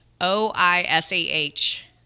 O-I-S-A-H